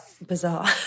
bizarre